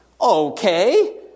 Okay